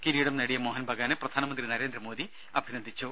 കിരീടം നേടിയ മോഹൻ ബഗാനെ പ്രധാനമന്ത്രി നരേന്ദ്രമോദി അഭിനന്ദിച്ചു